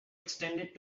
extended